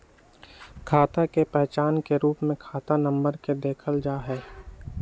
खाता के पहचान के रूप में खाता नम्बर के देखल जा हई